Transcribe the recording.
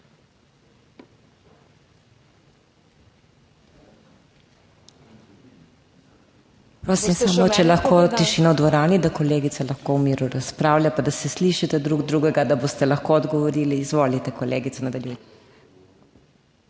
Prosim, če lahko tišina v dvorani, da kolegica lahko v miru razpravlja, pa da se slišita drug drugega, da boste lahko odgovorili. Izvolite. Kolegica nadaljuje.